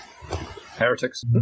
Heretics